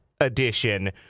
edition